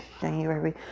January